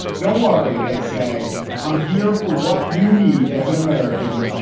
don't worry, they say i'm here for what you need as an american,